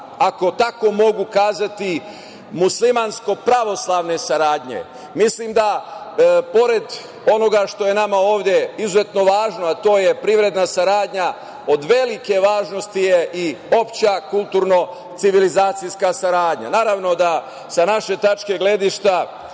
ako tako mogu da kažem, muslimansko-pravoslavne saradnje. Mislim, da pored onoga što je nama ovde nama izuzetno važno, a to je privredna saradnja od velike važnosti je i opšta kulturno-civilizacijska saradnja. Naravno, sa naše tačke gledišta